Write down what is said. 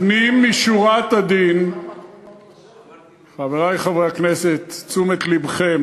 סליחה, חבר הכנסת אבו עראר.